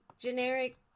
generic